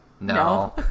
no